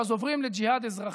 אז עוברים לג'יהאד אזרחי.